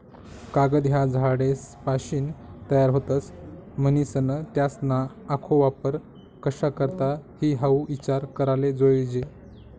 कागद ह्या झाडेसपाशीन तयार व्हतस, म्हनीसन त्यासना आखो वापर कशा करता ई हाऊ ईचार कराले जोयजे